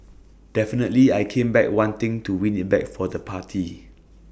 definitely I came back wanting to win IT back for the party